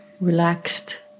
relaxed